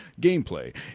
gameplay